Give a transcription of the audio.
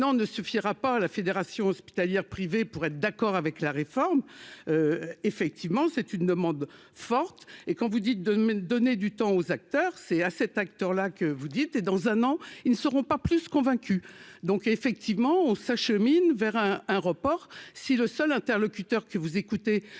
façon un an ne suffira pas à la fédération hospitalière privée pour être d'accord avec la réforme, effectivement, c'est une demande forte et quand vous dites de me donner du temps aux acteurs, c'est à cet acteur-là que vous dites, et dans un an, ils ne seront pas plus convaincu, donc effectivement on s'achemine vers un un report si le seul interlocuteur que vous écoutez sur